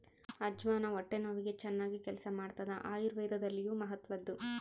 ಅಜ್ವಾನ ಹೊಟ್ಟೆ ನೋವಿಗೆ ಚನ್ನಾಗಿ ಕೆಲಸ ಮಾಡ್ತಾದ ಆಯುರ್ವೇದದಲ್ಲಿಯೂ ಮಹತ್ವದ್ದು